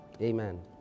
Amen